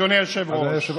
אדוני היושב-ראש,